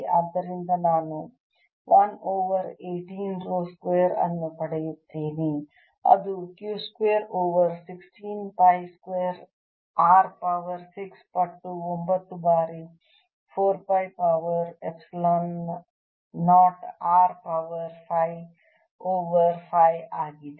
ಆದ್ದರಿಂದ ನಾನು 1 over 18 rho square ಅನ್ನು ಪಡೆಯುತ್ತೇನೆ ಅದು Q square over 16 pi square R power 6 ಪಟ್ಟು 9 ಬಾರಿ 4 pi over epsilon 0 R power 5 over 5 ಆಗಿದೆ